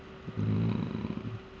mm